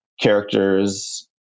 characters